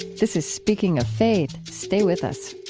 this is speaking of faith. stay with us